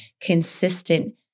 consistent